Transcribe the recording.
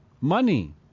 Money